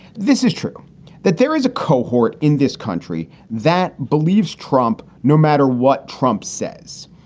this is true that there is a cohort in this country that believes trump no matter what trump says.